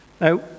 Now